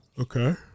Okay